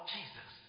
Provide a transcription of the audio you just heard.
Jesus